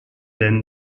aisne